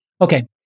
Okay